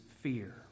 fear